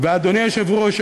אדוני היושב-ראש,